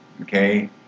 okay